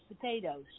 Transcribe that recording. potatoes